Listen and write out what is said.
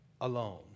alone